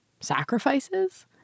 Sacrifices